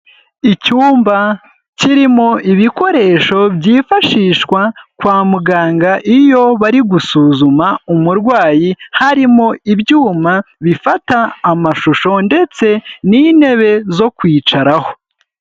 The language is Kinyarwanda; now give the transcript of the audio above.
Icyumba kirimo ibikoresho byifashishwa kwa muganga iyo bari gusuzuma umurwayi, harimo ibyuma bifata amashusho ndetse n'intebe zo kwicaraho.